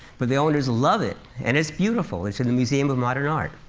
but the owners love it. and it's beautiful it's in the museum of modern art.